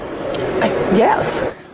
Yes